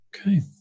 Okay